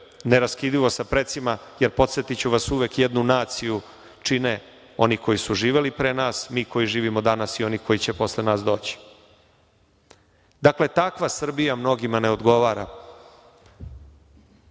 neraskidivo sa precima jer, podsetiću vas, uvek jednu naciju čine oni koji su živeli pre nas, mi koji živimo danas i oni koji će posle nas doći. Dakle, takva Srbija mnogima ne odgovara,